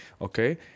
Okay